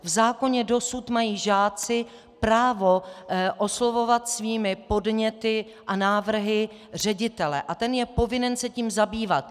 V zákoně dosud mají žáci právo oslovovat svými podněty a návrhy ředitele a ten je povinen se tím zabývat.